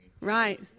Right